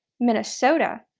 minnesota,